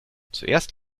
zuerst